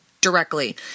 directly